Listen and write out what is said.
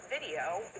video